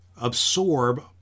Absorb